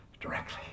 directly